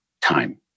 time